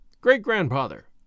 Great-grandfather